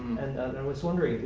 and i was wondering,